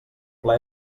pla